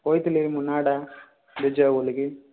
କହିଥିଲି ମୁଁ ନାଁଟା ବିଜୟ ବୋଲି କି